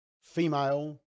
female